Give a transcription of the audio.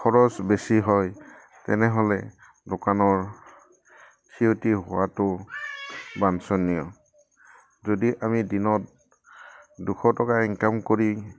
খৰচ বেছি হয় তেনেহ'লে দোকানৰ ক্ষতি হোৱাটো বাাঞ্চনীয় যদি আমি দিনত দুশ টকা ইনকাম কৰি